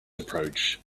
approach